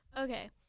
Okay